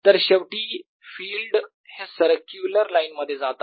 तर शेवटी फिल्ड हे सर्क्युलर लाईन मध्ये जात आहे